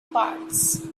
parts